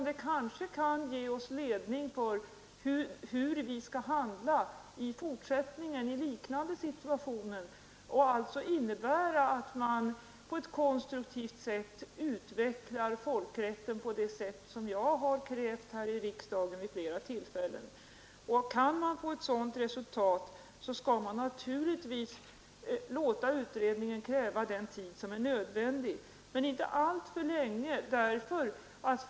Den kanske kan ge oss ledning för hur vi skall handla i fortsättningen i liknande situationer och alltså innebära att man på ett konstruktivt sätt utvecklar folkrätten på det sätt som jag har krävt här i riksdagen vid flera tillfällen. Kan vi få ett sådant resultat, bör man naturligtvis låta utredningen kräva den tid som är nödvändig. Men det bör inte dröja alltför länge.